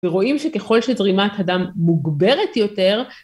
ורואים שככל שזרימת הדם מוגברת יותר,